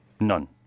None